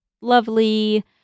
lovely